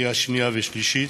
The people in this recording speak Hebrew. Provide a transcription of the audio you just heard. לקריאה שנייה ושלישית.